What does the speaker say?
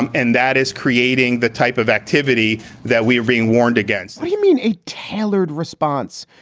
and and that is creating the type of activity that we've been warned against you mean a tailored response?